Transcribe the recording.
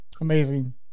amazing